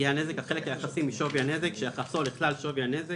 יהיה הנזק החלק היחסי משווי הנזק שיחסו לכלל שווי הנזק